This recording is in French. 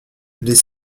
les